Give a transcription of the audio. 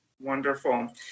Wonderful